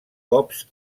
cops